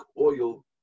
oil